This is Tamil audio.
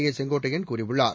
ஏ செங்கோட்டையன் கூறியுள்ளார்